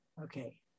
Okay